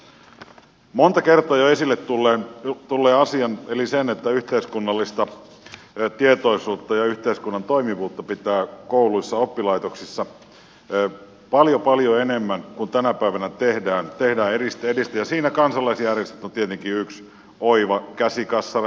nostan jo monta kertaa esille tulleen asian eli sen että yhteiskunnallista tietoisuutta ja yhteiskunnan toimivuutta pitää edistää kouluissa oppilaitoksissa paljon paljon enemmän kuin mitä tänä päivänä tehdään ja siinä kansalaisjärjestöt ovat tietenkin yksi oiva käsikassara